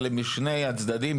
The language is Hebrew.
משני הצדדים,